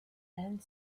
and